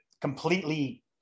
completely